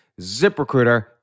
ZipRecruiter